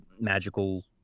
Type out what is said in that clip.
magical